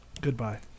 Goodbye